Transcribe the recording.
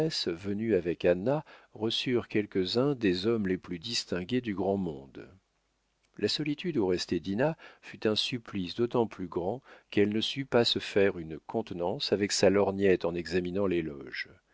venue avec anna reçurent quelques-uns des hommes les plus distingués du grand monde la solitude où restait dinah fut un supplice d'autant plus grand qu'elle ne sut pas se faire une contenance avec sa lorgnette en examinant les loges